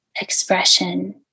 expression